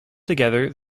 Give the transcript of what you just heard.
together